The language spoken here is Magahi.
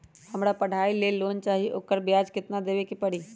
हमरा पढ़ाई के लेल लोन चाहि, ओकर ब्याज केतना दबे के परी?